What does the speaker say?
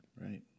Right